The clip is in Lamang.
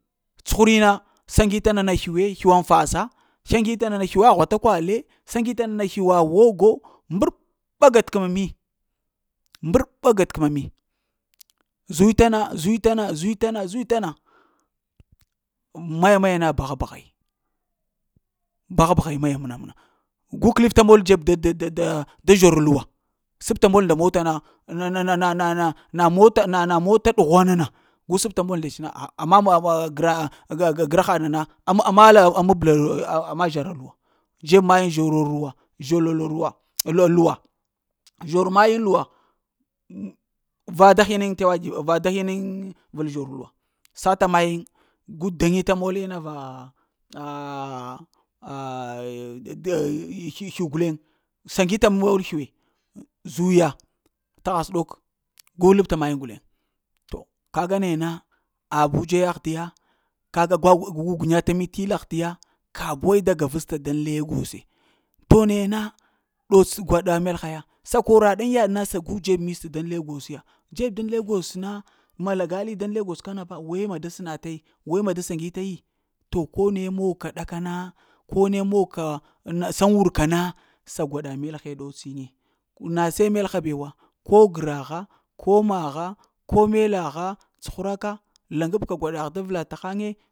Cuhuri na saŋgi ta nana sliwe, shwan fassa saŋgita nana sliwa ghwata kwale, saŋgita nana sliwa ogo, mbəer ɓa gat kəma mi mbəer ɓa gatkəma mi, zui-ta-na, zui-ta-na, zui-ta-na, zui-ta-na maya-maya na. Baha-baha ya baha-baha maya-maya mna gu kəelefta mol dzeb da-da-da-da zhur luwa, sabta mal nda mota na na-na-na-na-na, na məta na-na mota ɗughwan na na, gu sabta mol ndets na pha ma-ma grad-ahgagra haɗ nana amala amabla ama zhara luwa, dzeb mayiŋ zharor luwa, zharur la-la luwa zharar luwa zhur magin luwa. Va da hiŋyiŋ t’ wa tve va da hiŋyiŋ vel zhul luwa. Sa ta mayiŋ gu dani ta mol ma va, va ahhh, ahhh, ahhh gsliw guleŋ. Saŋyita mol sliwi, zuya. Taha s'ɗok gu labta mayiŋ guleŋ, to ka ga naya na a abuja ya ahdiya, ka ga gu guŋyata mit'illi ahdiya kadzuwa mi da gavesta dan legos. To naya na ɗots t’ gwaɗa melha ya sa kəra yaɗ ŋ yaɗ na, sa gu ɗzeɗ me sa daŋ legos ŋa, dzeɗ dan legos na ma lagai daŋ legos kana ba, we ma da sna ta yi, we ma da səe ni ta yi, to kə ne mog ka ɗaka na, ko ne mog ka na san wurka na, sa gwaɗa melhe ɗota yin ŋe, na seh melha bewo, ko paha, ko maha, ko melaha, chuhraka laŋgabka gwaɗah da vla ta haŋe.